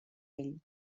ell